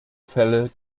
fälle